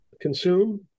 consume